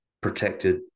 protected